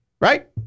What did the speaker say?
Right